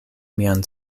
mian